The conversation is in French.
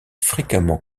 fréquemment